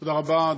תודה רבה.